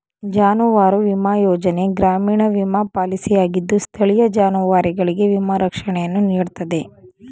ಜಾನುವಾರು ವಿಮಾ ಯೋಜನೆ ಗ್ರಾಮೀಣ ವಿಮಾ ಪಾಲಿಸಿಯಾಗಿದ್ದು ಸ್ಥಳೀಯ ಜಾನುವಾರುಗಳಿಗೆ ವಿಮಾ ರಕ್ಷಣೆಯನ್ನು ನೀಡ್ತದೆ